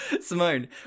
Simone